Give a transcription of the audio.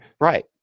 Right